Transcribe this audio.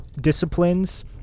disciplines